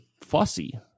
fussy